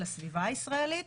לסביבה הישראלית,